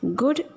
good